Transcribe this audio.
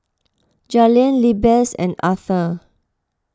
Jalen Lizbeth and Arther